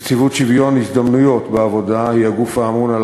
נציבות שוויון הזדמנויות בעבודה היא הגוף האמון על